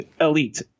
elite